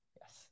Yes